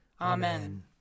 Amen